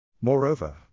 Moreover